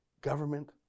government